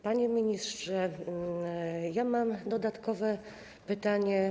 Panie ministrze, mam dodatkowe pytanie.